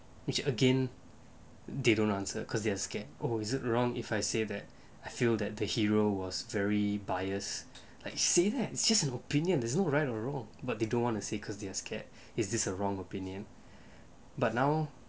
which again they don't answer because they are scared oh is it wrong if I say that I feel that the hero was very biased like say that it's just an opinion there's no right or wrong but they don't want to say because they are scared is this a wrong opinion but now